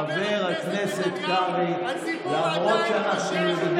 הציבור חושב שהוא ראש הממשלה שלו.